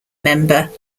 member